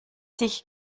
sich